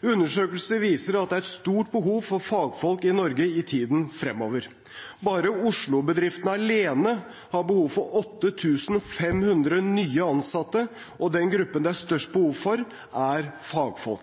Undersøkelser viser at det er et stort behov for fagfolk i Norge i tiden fremover. Bare Oslo-bedriftene alene har behov for 8 500 nye ansatte, og den gruppen det er størst behov